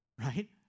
Right